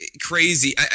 crazy